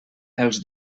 els